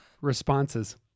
responses